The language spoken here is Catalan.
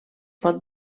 pot